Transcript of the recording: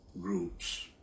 groups